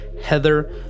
Heather